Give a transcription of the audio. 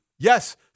Yes